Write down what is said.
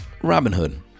Robinhood